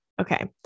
Okay